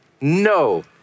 No